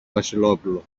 βασιλόπουλο